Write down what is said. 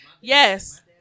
yes